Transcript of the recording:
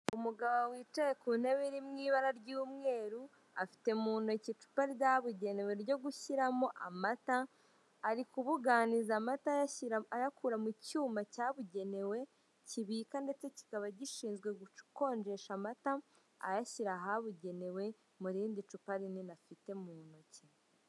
Umugabo wicaye ku ntebe iri mu ibara ry'umweru afite mu ntoki icupa ryabugenewe ryo gushyiramo amata, ari kubuganiza amata ayakura mu cyuma cyabugenewe kibika ndetse kikaba gishinzwe gukonjesha amata ayashyira ahabugenewe mu rindi cupa rinini afite mu ntoki.